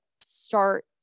start